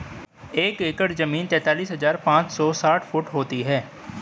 एक एकड़ जमीन तैंतालीस हजार पांच सौ साठ वर्ग फुट होती है